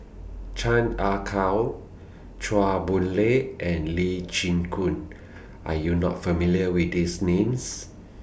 Chan Ah Kow Chua Boon Lay and Lee Chin Koon Are YOU not familiar with These Names